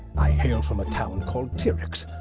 i hail from a town called ty'rex,